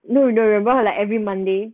no no no like every monday